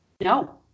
No